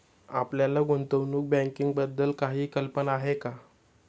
आपल्याला गुंतवणूक बँकिंगबद्दल काही कल्पना आहे का?